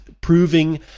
proving